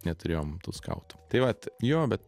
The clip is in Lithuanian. neturėjom tų skautų tai vat jo bet